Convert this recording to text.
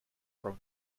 from